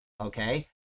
Okay